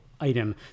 item